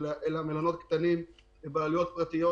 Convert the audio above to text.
אלא מלונות קטנים בבעלויות פרטיות.